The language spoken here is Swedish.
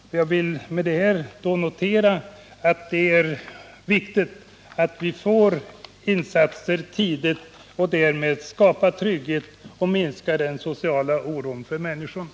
Med detta vill jag säga att det är viktigt att vi på ett tidigt stadium sätter in åtgärder, så att vi därmed kan skapa den trygghet som behövs och minska den sociala oron bland de anställda.